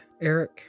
Eric